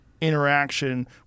interaction